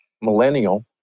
millennial